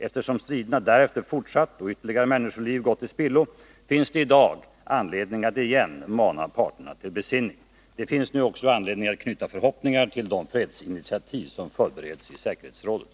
Eftersom striderna därefter fortsatt och ytterligare människoliv gått till spillo, finns det i dag anledning att igen mana parterna till besinning. Det finns nu också anledning att knyta förhoppningar till de fredsinitiativ som förbereds i säkerhetsrådet.